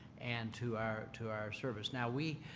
and to our to our service. now we